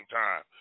time